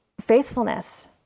faithfulness